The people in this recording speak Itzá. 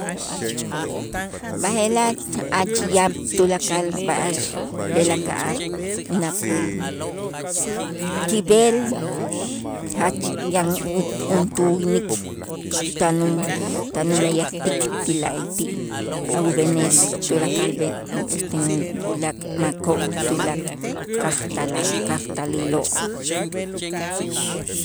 B'aje'laj ach yaab' tulakal b'a'ax b'el aka'aj unak'äl, kib'el jach yan u- juntuu winik tan u tan umeyajtik ti la'ayti' ub'enes tulakal b'e esten ulaak' makoo' tulaak' kajtalal kajtaliloo'.